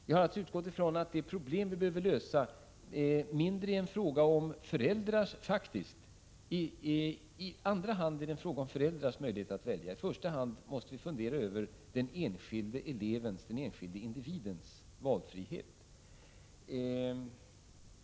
Jag har alltså utgått från att det problem vi behöver lösa faktiskt först i andra hand handlar om föräldrarnas möjlighet att välja. I första hand måste vi fundera över den enskilde individens, elevens, valfrihet.